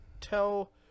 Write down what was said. tell